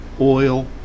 oil